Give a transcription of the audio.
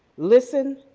listen,